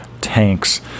tanks